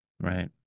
right